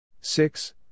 Six